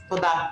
תודה.